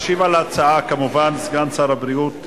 ישיב על ההצעות כמובן סגן שר הבריאות,